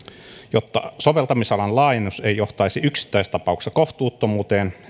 jotta soveltamisalan laajennus ei johtaisi yksittäistapauksessa kohtuuttomuuteen